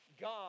God